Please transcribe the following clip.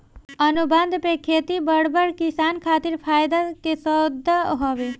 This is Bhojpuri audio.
अनुबंध पे खेती बड़ बड़ किसान खातिर फायदा के सौदा हवे